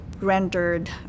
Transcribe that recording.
rendered